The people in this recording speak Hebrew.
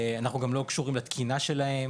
אנחנו גם לא קשורים לתקינה שלהם